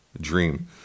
dream